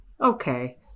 Okay